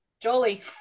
Jolie